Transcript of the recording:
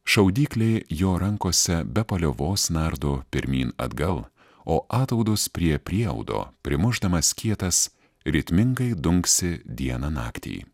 šaudyklė jo rankose be paliovos nardo pirmyn atgal o ataudus prie prieaudo primušdamas skietas ritmingai dunksi dieną naktį